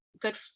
good